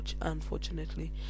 unfortunately